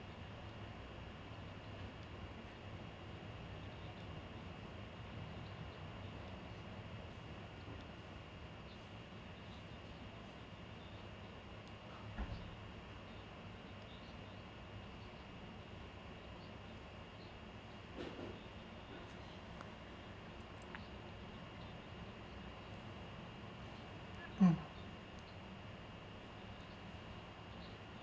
um